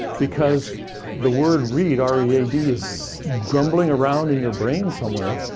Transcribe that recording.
because the word read r e a d is grumbling around in your brain somewhere.